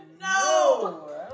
No